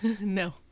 no